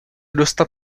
dostat